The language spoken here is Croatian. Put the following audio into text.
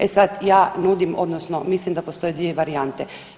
E sad ja nudim, odnosno mislim da postoje dvije varijante.